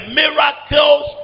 miracles